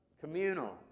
communal